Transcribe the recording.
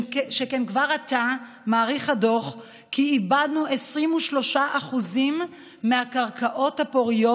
שכן כבר עתה מעריך הדוח כי איבדנו 23% מהקרקעות הפוריות,